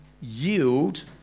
yield